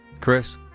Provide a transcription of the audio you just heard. Chris